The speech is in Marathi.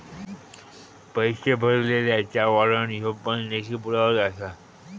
पैशे भरलल्याचा वाॅरंट ह्यो पण लेखी पुरावोच आसा